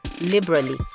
liberally